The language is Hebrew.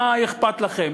מה אכפת לכם?